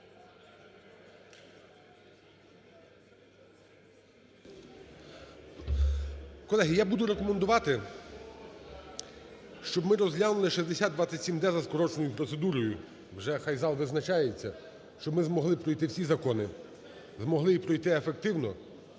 Колеги, я буду рекомендувати, щоб ми розглянули 6027-д за скороченою процедурою. Вже нехай зал визначається. Щоб ми змогли пройти всі закони, змогли пройти ефективно.